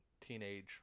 teenage